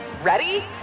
ready